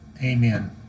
amen